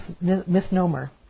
misnomer